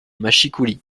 mâchicoulis